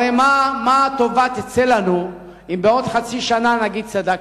הרי מה טובה תצא לנו אם בעוד חצי שנה נגיד: צדקנו.